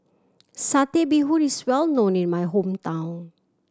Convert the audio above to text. Satay Bee Hoon is well known in my hometown